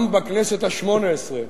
גם בכנסת השמונה-עשרה